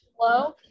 Hello